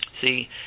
See